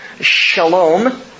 Shalom